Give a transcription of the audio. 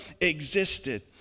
existed